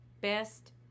best